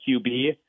QB